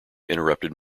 interrupted